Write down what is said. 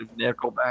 Nickelback